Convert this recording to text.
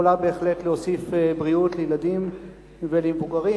יכולה בהחלט להוסיף בריאות לילדים ולמבוגרים.